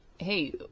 Hey